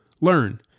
learn